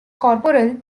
corporal